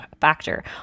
factor